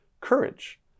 courage